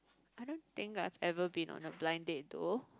I don't think I've ever been on a blind date though